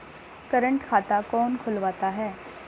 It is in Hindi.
करंट खाता कौन खुलवाता है?